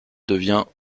devient